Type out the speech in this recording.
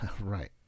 right